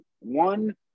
one